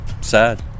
sad